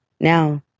now